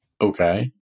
Okay